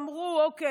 אמרו: אוקיי,